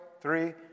three